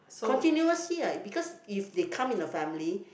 continuously lah because if they come in a family